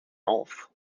auf